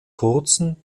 kurzen